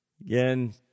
again